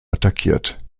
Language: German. attackiert